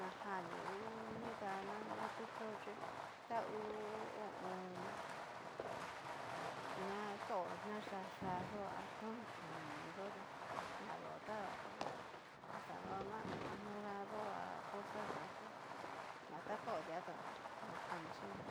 najan ngu nida na kuchí xhí ta ngu ho o on. na kao na yá yá yó'o a tón tón ni yó tá na yó ta naxanao ná morado ha rosa nguan tú nakao di'a ta najani xhinrua.